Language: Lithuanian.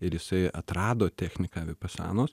ir jisai atrado techniką vipasanos